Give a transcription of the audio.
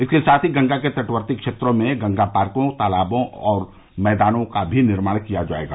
इसके साथ ही गंगा के तटवर्ती क्षेत्रों में गंगा पार्को तालाबों और मैदानों का भी निर्माण किया जायेगा